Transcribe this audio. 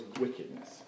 wickedness